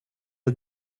ett